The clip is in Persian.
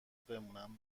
بمونم